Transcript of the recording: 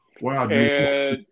Wow